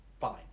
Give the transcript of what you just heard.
fine